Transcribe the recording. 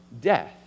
death